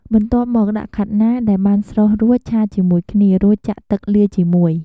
បន្ទាប់មកដាក់ខាត់ណា ដែលបានស្រុះរួចឆាជាមួយគ្នា រួចទៀតចាក់ទឹកលាយជាមួយ។